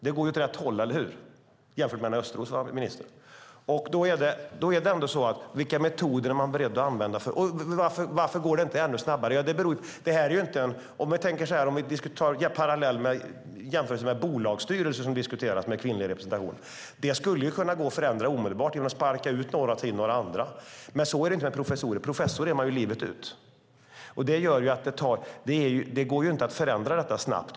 Det går åt rätt håll jämfört med när Östros var minister. Varför går det inte ännu snabbare? Vi kan göra en jämförelse med kvinnlig representation i bolagsstyrelserna som ju också diskuteras. Det skulle kunna gå att förändra omedelbart genom att sparka ut några och ta in några andra. Så är det inte med professorer; professor är man livet ut. Det går därför inte att förändra detta snabbt.